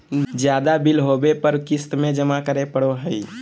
ज्यादा बिल होबो पर क़िस्त में जमा करे पड़ो हइ